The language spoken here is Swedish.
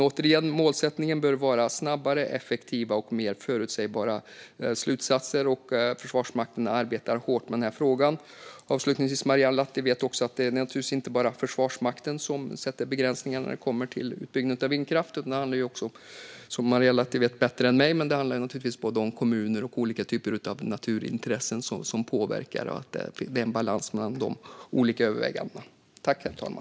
Återigen bör målsättningen vara snabbare, effektiva och mer förutsägbara slutsatser. Försvarsmakten arbetar hårt med frågan. Avslutningsvis vet Marielle Lahti att det naturligtvis inte bara är Försvarsmakten som sätter begräsningar när det kommer till utbyggnaden av vindkraft. Det handlar också om, som Marielle Lahti vet bättre än jag, kommuner och olika typer av naturintressen som påverkar. Det är en balans mellan de olika övervägandena.